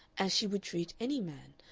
as she would treat any man,